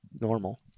normal